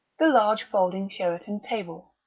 the large folding sheraton table,